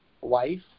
wife